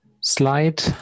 slide